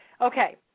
Okay